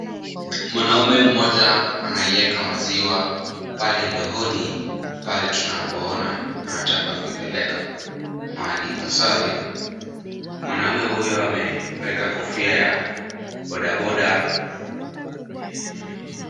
Mwanamume mmoja anaiweka maziwa pale ndooni pale tunapoona anataka kuipeleka mahali ipasavyo. Mwanamume huyo ameweka kofia ya bodaboda.